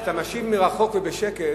אתה משיב מרחוק ובשקט,